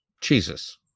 Jesus